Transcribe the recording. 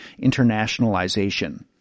internationalization